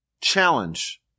challenge